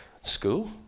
school